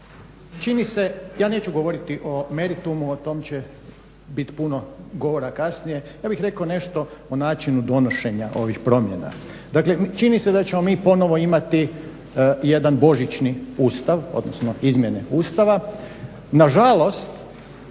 čini se, ja neću govoriti o meritumu, o tom će bit puno govora kasnije. Ja bih rekao nešto o načinu donošenja ovih promjena. Dakle čini se da ćemo mi ponovo imati jedan božićni Ustav odnosno izmjene Ustava, nažalost